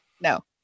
No